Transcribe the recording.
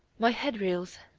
my head reels!